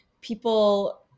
people